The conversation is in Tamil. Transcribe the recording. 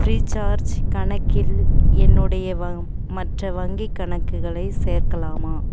ஃப்ரீசார்ஜ் கணக்கில் என்னுடைய வ மற்ற வங்கிக் கணக்குகளை சேர்க்கலாமா